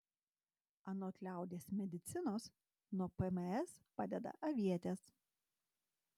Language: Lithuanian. anot liaudies medicinos nuo pms padeda avietės